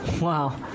Wow